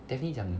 daphne 讲